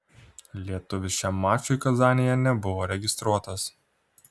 lietuvis šiam mačui kazanėje nebuvo registruotas